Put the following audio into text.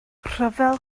rhyfel